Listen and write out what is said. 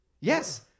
yes